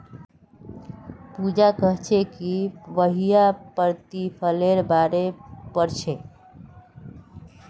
पूजा कोहछे कि वहियं प्रतिफलेर बारे पढ़ छे